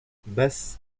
basse